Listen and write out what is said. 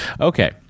Okay